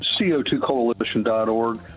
CO2coalition.org